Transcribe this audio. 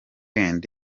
end